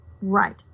Right